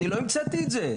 אני לא המצאתי את זה.